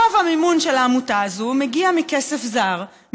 רוב המימון של העמותה הזאת מגיע מכסף זר,